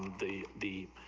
the bee,